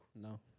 No